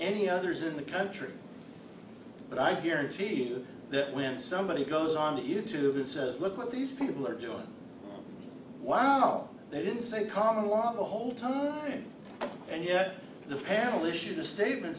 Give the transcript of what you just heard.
any others in the country but i guarantee you that when somebody goes on you tube and says look at these people are doing wow they didn't say common law the whole time and yet the panel issued a statement